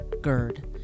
GERD